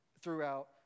throughout